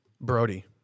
Brody